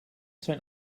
zijn